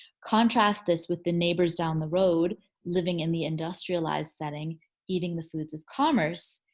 contrast this with the neighbors down the road living in the industrialized setting eating the foods of commerce.